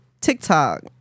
TikTok